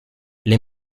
les